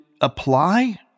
apply